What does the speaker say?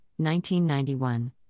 1991